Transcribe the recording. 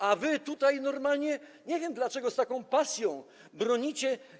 A wy tutaj normalnie, nie wiem, dlaczego z taka pasją, bronicie.